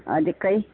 अधिक काही